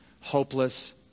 hopeless